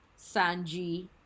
Sanji